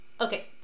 Okay